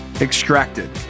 extracted